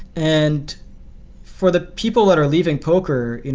and for the people that are leaving poker, you know